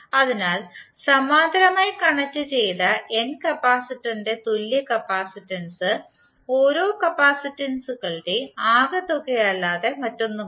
അതിനാൽ സമാന്തരമായി കണക്റ്റുചെയ്ത n കപ്പാസിറ്ററിന്റെ തുല്യ കപ്പാസിറ്റൻസ് ഓരോ കപ്പാസിറ്റൻസുകളുടെ ആകെത്തുകയല്ലാതെ മറ്റൊന്നുമല്ല